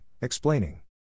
Explaining